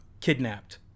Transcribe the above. kidnapped